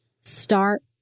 start